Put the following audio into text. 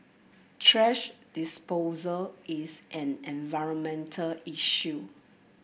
thrash disposal is an environmental issue